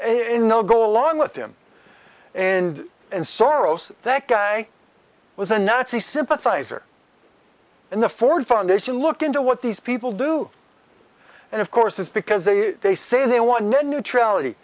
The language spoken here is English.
no go along with him and and soros that guy was a nazi sympathizer and the ford foundation look into what these people do and of course it's because they they say they want net neutrality